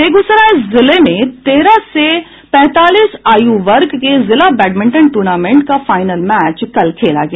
बेगूसराय जिले में तेरह से पैंतालीस आयु वर्ग के जिला बैडमिंटन टूर्नामेंट का फाइनल मैच कल खेला गया